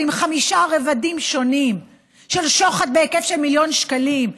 אבל עם חמישה רבדים שונים בשוחד בהיקף של מיליון שקלים,